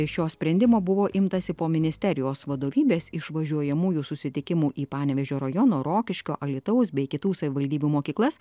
šio sprendimo buvo imtasi po ministerijos vadovybės išvažiuojamųjų susitikimų į panevėžio rajono rokiškio alytaus bei kitų savivaldybių mokyklas